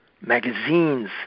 magazines